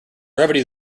brevity